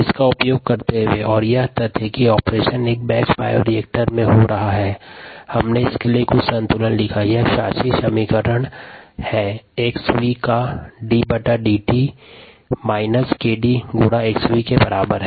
यह कार्यप्रणाली batch bioreactor में हो रहा है इसके लिए एक संतुलन लिखा गया है यह संचालक समीकरण है 𝑥𝑣 का 𝑑𝑑𝑡 − 𝑘𝑑 𝑥𝑣 के बराबर है